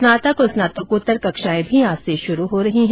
स्नातक और स्नातकोत्तर कक्षायें भी आज से शुरू हो रही है